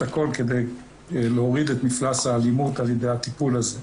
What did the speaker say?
הכל כדי להוריד את מפלס האלימות על ידי הטיפול הזה.